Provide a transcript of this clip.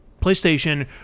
PlayStation